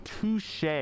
Touche